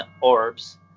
orbs